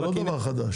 זה לא דבר חדש.